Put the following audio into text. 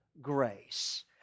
grace